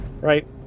right